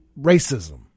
racism